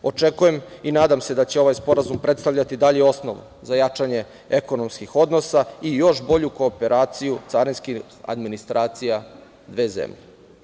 Očekujem i nadam se da će ovaj sporazum predstavljati dalji osnov za jačanje ekonomskih odnosa i još bolju kooperaciju carinskih administracija dve zemlje.